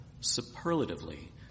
superlatively